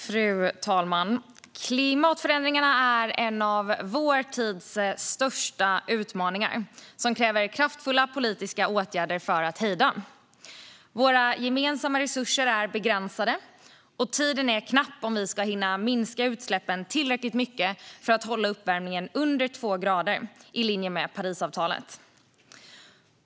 Fru talman! Klimatförändringarna är en av vår tids största utmaningar, som kräver kraftfulla politiska åtgärder. Våra gemensamma resurser är begränsade, och tiden är knapp om vi ska hinna minska utsläppen tillräckligt mycket för att hålla uppvärmningen under 2 grader i linje med Parisavtalet.